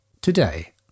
today